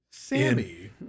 Sammy